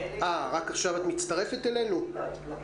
עכשיו אני מצטרפת אליכם.